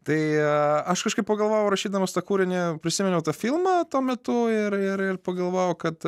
tai aš kažkaip pagalvojau rašydamas tą kūrinį prisiminiau tą filmą tuo metu ir ir pagalvojau kad